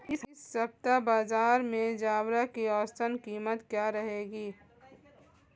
इस सप्ताह बाज़ार में ज्वार की औसतन कीमत क्या रहेगी?